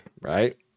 right